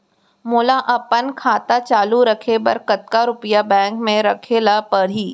मोला अपन खाता चालू रखे बर कतका रुपिया बैंक म रखे ला परही?